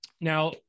now